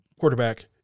quarterback